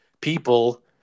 people